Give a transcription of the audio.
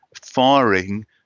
firing